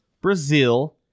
brazil